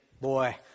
boy